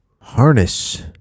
harness